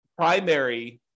Primary